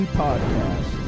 podcast